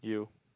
you